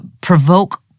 provoke